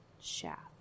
shaft